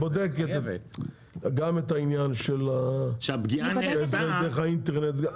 את בודקת גם את העניין שזה דרך האינטרנט?